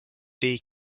king